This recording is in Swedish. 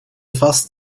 fast